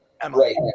Emily